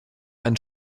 einen